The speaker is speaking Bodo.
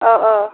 औ औ